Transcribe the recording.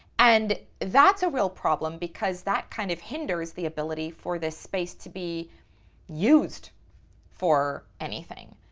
and that's a real problem because that kind of hinders the ability for this space to be used for anything.